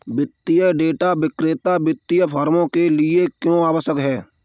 वित्तीय डेटा विक्रेता वित्तीय फर्मों के लिए क्यों आवश्यक है?